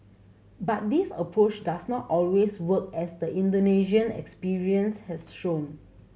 but this approach does not always work as the Indonesian experience has shown